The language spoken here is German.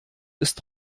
ist